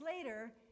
later